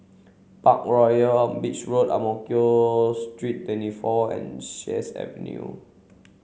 Parkroyal on Beach Road Ang Mo Kio Street Twenty four and Sheares Avenue